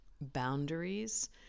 boundaries